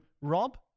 Rob